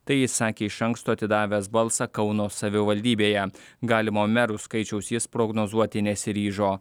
tai jis sakė iš anksto atidavęs balsą kauno savivaldybėje galimo merų skaičiaus jis prognozuoti nesiryžo